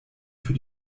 für